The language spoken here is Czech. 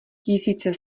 tisíce